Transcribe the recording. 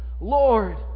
Lord